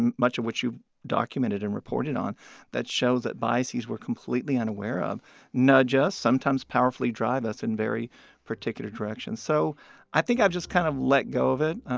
and much of which you've documented and reported on that shows that biases we're completely unaware of nudge us, sometimes powerfully drive us in very particular directions. so i think i've just kind of let go of it.